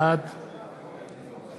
בעד